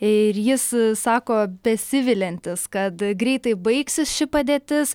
ir jis sako besiviliantis kad greitai baigsis ši padėtis